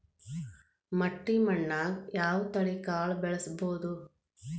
ಮಟ್ಟಿ ಮಣ್ಣಾಗ್, ಯಾವ ತಳಿ ಕಾಳ ಬೆಳ್ಸಬೋದು?